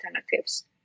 alternatives